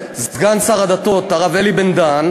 וסגן השר לשירותי דת הרב אלי בן-דהן,